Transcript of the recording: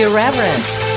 Irreverent